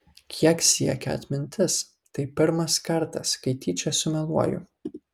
kiek siekia atmintis tai pirmas kartas kai tyčia sumeluoju